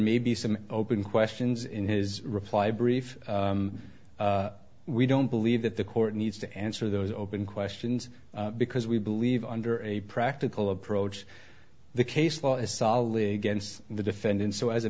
may be some open questions in his reply brief we don't believe that the court needs to answer those open questions because we believe under a practical approach the case law is solidly against the defendant so as a